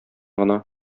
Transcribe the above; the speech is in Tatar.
гына